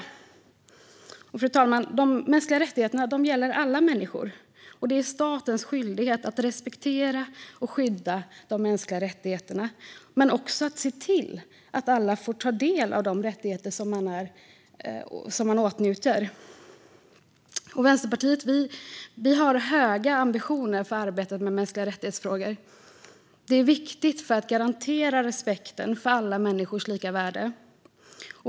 Fru talman! De mänskliga rättigheterna gäller alla människor. Det är statens ansvar och skyldighet att respektera och skydda de mänskliga rättigheterna men också att se till att alla får ta del av de rättigheter som finns att åtnjuta. Vänsterpartiet har höga ambitioner för arbetet med frågor om mänskliga rättigheter. Det är viktigt för att garantera respekten för alla människors lika värde.